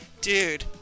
dude